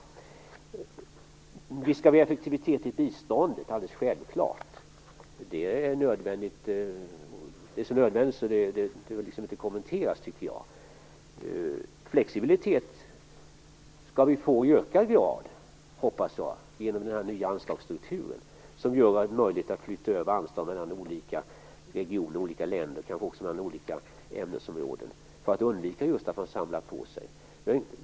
Visst skall vi ha effektivitet i biståndet. Det är så nödvändigt att det inte behöver kommenteras. Jag hoppas att vi skall få en högre grad av flexibilitet genom den nya anslagsstrukturen, som gör det möjligt att flytta över anslag mellan olika regioner, länder och kanske ämnesområden, just för att undvika att man samlar på sig.